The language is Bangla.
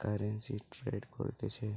কারেন্সি ট্রেড করতিছে